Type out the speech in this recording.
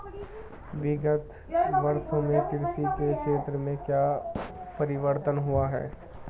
विगत वर्षों में कृषि के क्षेत्र में क्या परिवर्तन हुए हैं?